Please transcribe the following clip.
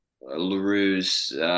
LaRue's